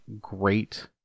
great